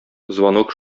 звонок